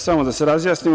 Samo da se razjasnimo.